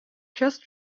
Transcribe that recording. just